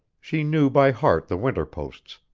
she knew by heart the winter posts,